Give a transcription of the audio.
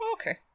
Okay